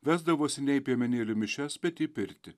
vesdavosi ne į piemenėlių mišias bet į pirtį